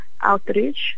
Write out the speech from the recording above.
outreach